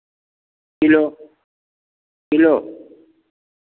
kilo kilo